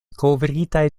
kovritaj